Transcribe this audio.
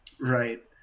Right